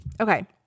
Okay